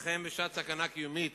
לכן, בשעת סכנה קיומית